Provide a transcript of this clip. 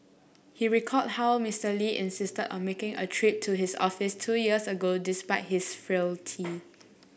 he recalled how Mister Lee insisted on making a trip to his office two years ago despite his frailty